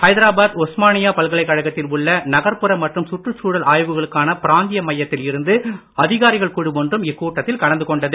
ஹைதராபாத் ஒஸ்மானியா பல்கலைக்கழகத்தில் உள்ள நகர்ப்புற மற்றும் சுற்றுச்சூழல் ஆய்வுகளுக்கான பிராந்திய மையத்தில் இருந்து அதிகாரிகள் குழு ஒன்றும் இக்கூட்டத்தில் கலந்து கொண்டது